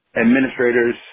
administrators